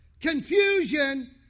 Confusion